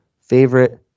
favorite